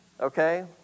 Okay